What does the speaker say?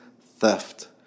theft